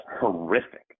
horrific